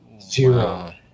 zero